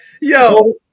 Yo